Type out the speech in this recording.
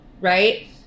right